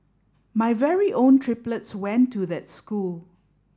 my very own triplets went to that school